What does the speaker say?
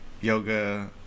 yoga